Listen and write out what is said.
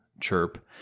chirp